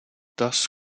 thus